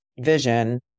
vision